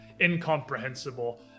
incomprehensible